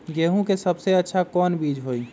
गेंहू के सबसे अच्छा कौन बीज होई?